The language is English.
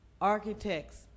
architects